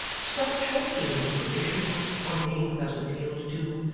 stopped short in his operations on being thus appealed to,